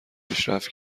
پیشرفت